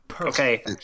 okay